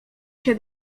się